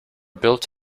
built